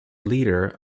leader